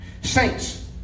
Saints